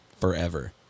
forever